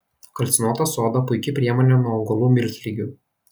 kalcinuota soda puiki priemonė nuo augalų miltligių